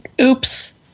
oops